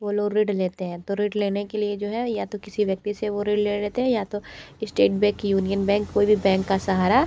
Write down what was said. वो लोग ऋण लेते हैं तो ऋण लेने के लिए जो है या तो किसी व्यक्ति से वो ऋण ले लेते हैं या तो एस्टेट बेक यूनियन बैंक कोई भी बैंक का सहारा